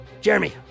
Jeremy